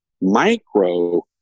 micro